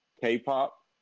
K-pop